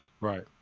Right